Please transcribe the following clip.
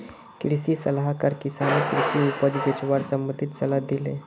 कृषि सलाहकार किसानक कृषि उपज बेचवार संबंधित सलाह दिले